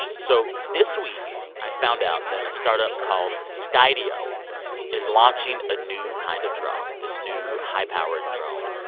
so this week, i found out that a startup called skydio is launching a new kind of drone this new high-powered drone.